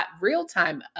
real-time